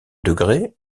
degré